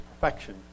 perfection